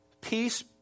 Peace